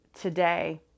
today